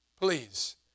please